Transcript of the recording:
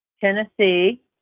Tennessee